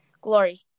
Glory